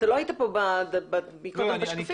אתה לא היית פה כשהקרינו לנו את השקפים.